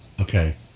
Okay